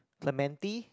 Clementi